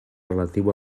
relatiu